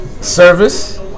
service